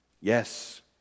yes